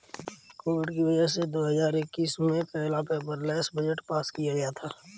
Covid की वजह से दो हजार इक्कीस में पहला पेपरलैस बजट पास किया गया था